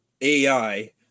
AI